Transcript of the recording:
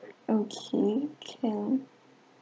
okay can